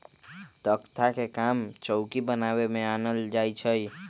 तकख्ता के काम चौकि बनाबे में आनल जाइ छइ